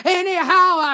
anyhow